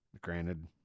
Granted